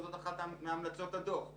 זאת אחת מהמלצות הדוח,